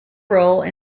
role